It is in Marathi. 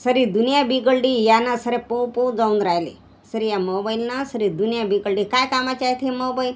सारी दुनिया बिघडली यानं साऱ्या पळून पळून जाऊन राहिले सारी या मोबाईलनं सारी दुनिया बिघडली काय कामाचे आहेत हे मोबाईल